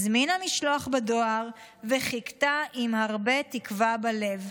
הזמינה משלוח בדואר וחיכתה עם הרבה תקווה בלב.